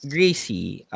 Gracie